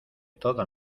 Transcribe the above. toda